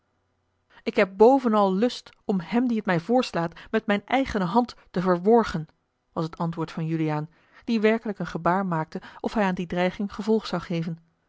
ik heb bovenal lust om hem die het mij voorslaat met mijn eigen hand te verworgen was het antwoord van juliaan die werkelijk een gebaar maakte of hij aan die dreiging gevolg zou geven